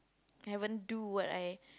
I haven't do what I